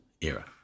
era